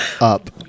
up